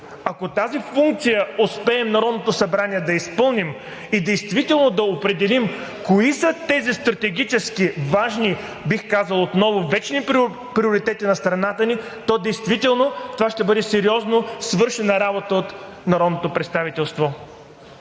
Ако тази функция успеем в Народното събрание да изпълним и действително да определим кои са тези стратегически важни, бих казал, отново вечни приоритети на страната ни, то действително това ще бъде сериозно свършена работа от народното представителство.